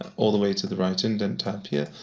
all the way to the right-indent tab here,